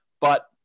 but-